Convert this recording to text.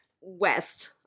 west